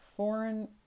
foreign